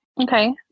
Okay